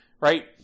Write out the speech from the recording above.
right